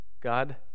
God